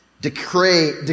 Decay